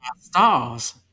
stars